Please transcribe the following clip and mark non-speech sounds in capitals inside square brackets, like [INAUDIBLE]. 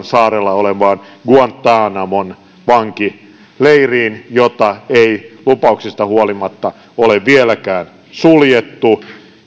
[UNINTELLIGIBLE] saarella olevaan guantanamon vankileiriin jota ei lupauksista huolimatta ole vieläkään suljettu